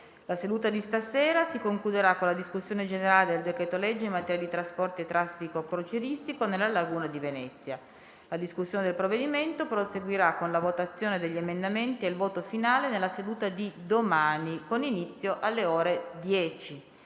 La seduta di stasera si concluderà con la discussione generale del decreto-legge in materia di trasporti e traffico crocieristico nella laguna di Venezia. La discussione del provvedimento proseguirà con la votazione degli emendamenti e il voto finale nella seduta di domani, con inizio alle ore 10.